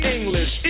English